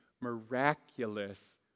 miraculous